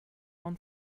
own